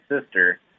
sister